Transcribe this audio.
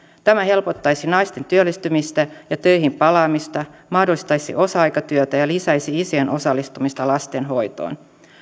tämä helpottaisi naisten työllistymistä ja töihin palaamista mahdollistaisi osa aikatyötä ja lisäisi isien osallistumista lasten hoitoon